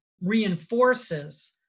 reinforces